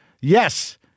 Yes